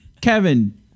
Kevin